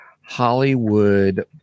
Hollywood